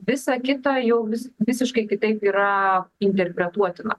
visa kita jau vis visiškai kitaip yra interpretuotina